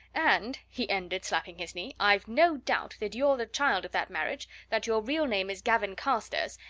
and, he ended, slapping his knee, i've no doubt that you're the child of that marriage, that your real name is gavin carstairs,